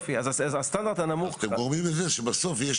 אז הסטנדרט הנמוך -- אז אתם גורמים לזה שבסוף יש